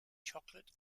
chocolate